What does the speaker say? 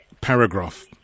paragraph